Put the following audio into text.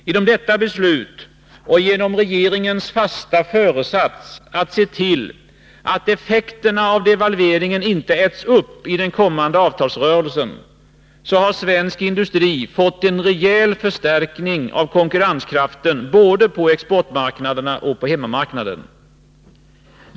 Genom detta beslut och genom regeringens fasta föresats att se till att effekterna av devalveringen inte äts upp i den kommande avtalsrörelsen har svensk industri fått en rejäl förstärkning av konkurrenskraften, både på exportmarknaderna och på hemmamarknaden.